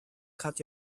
cut